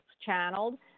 channeled